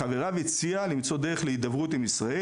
לחבריו הציע למצוא דרך להידברות עם ישראל